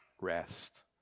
Rest